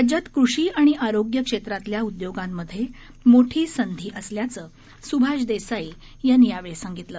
राज्यात कृषी आणि आरोग्य क्षेत्रातल्या उद्योगांमध्ये मोठी संधी असल्याचं स्भाष देसाई यांनी सांगितलं